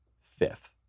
fifth